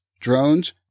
drones